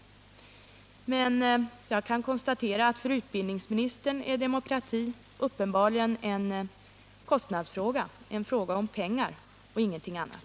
Men jag kan konstatera att för utbildningsministern är demokrati uppenbarligen en kostnadsfråga — en fråga om pengar och ingenting annat.